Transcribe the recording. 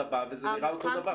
אתה בא וזה נראה אותו דבר.